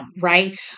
right